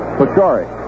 Pachori